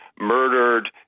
murdered